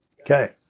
Okay